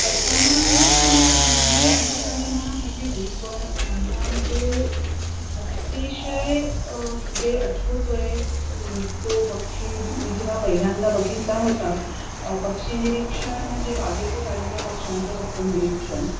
असामान्य किंवा दुर्मिळ आहे का नाही मला माहिती नाही पण मला जो अतिशय म्हणजे आठवतो आहे तो पक्षी मी जेव्हा पहिल्यांदा बघितला होता पक्षी निरीक्षण म्हणजे बागेतच आलेल्या पक्ष्यांचं फक्त निरीक्षण